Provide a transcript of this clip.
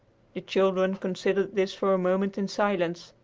the children considered this for a moment in silence.